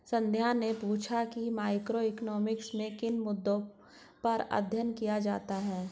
संध्या ने पूछा कि मैक्रोइकॉनॉमिक्स में किन मुद्दों पर अध्ययन किया जाता है